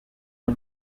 una